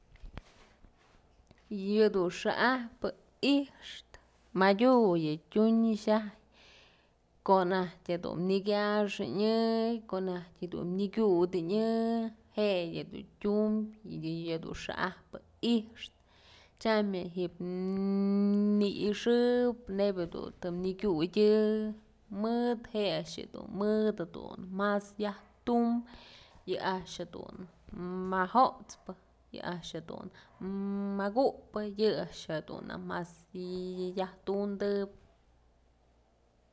Yëdun xa'ajpë ixtë madyu yë tyun xyaj konajtyë dun nëkyaxanyë konajtyë dun nëkyutënyë je'e yëdun tyum yëdun xa'ajpë i'ixtë tyam yë ji'ib në i'ixëp nebyë dun të nëkyudyë mëd je'e a'ax jëdun mëdë mas yajtum yë a'ax jedun majot'spë, yë a'ax jedun makupë yë a'ax jedun mas yajtundëp.